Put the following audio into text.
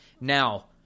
Now